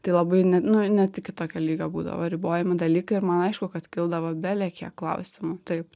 tai labai ne nu net iki tokio lygio būdavo ribojami dalykai ir man aišku kad kildavo belekiek klausimų taip